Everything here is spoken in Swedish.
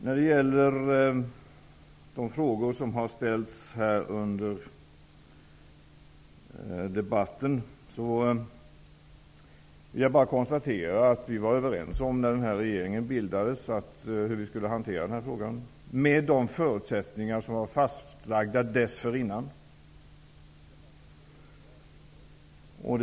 När det gäller de frågor som har ställts under debatten konstaterar jag att vi, när regeringen bildades, var överens om hur denna fråga skulle hanteras, med de förutsättningar som dessförinnan var fastlagda.